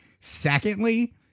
Secondly